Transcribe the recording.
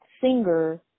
singer